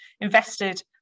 invested